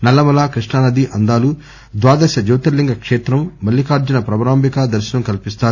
నల్లమల కృష్ణానది అందాలు ద్వాదశ జ్యోతిర్లింగ కేత్రం మల్లికార్టున భ్రమరాంబిక దర్శనం కల్పిస్తారు